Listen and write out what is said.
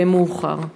יהיה מאוחר.